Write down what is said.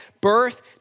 birth